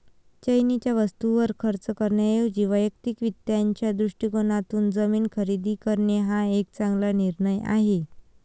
चैनीच्या वस्तूंवर खर्च करण्याऐवजी वैयक्तिक वित्ताच्या दृष्टिकोनातून जमीन खरेदी करणे हा एक चांगला निर्णय आहे